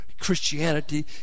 Christianity